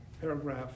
paragraph